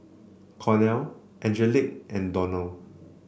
Cornel Angelic and Donell